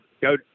go